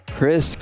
Chris